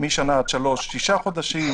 משנה עד שלוש שנים שישה חודשים,